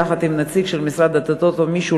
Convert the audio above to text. יחד עם נציג של משרד הדתות או מישהו,